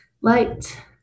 light